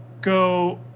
go